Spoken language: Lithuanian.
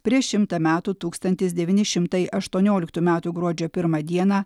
prieš šimtą metų tūkstantis devyni šimtai aštuonioliktų metų gruodžio pirmą dieną